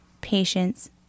patience